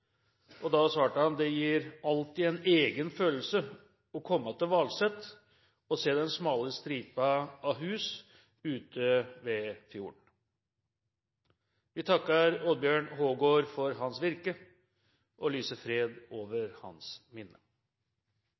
Da svarte han: «Det gir alltid en egen følelse å komme til Valset og se den smale stripa av hus ute ved fjorden.» Vi takker Oddbjørn Hågård for hans virke og lyser fred over hans minne.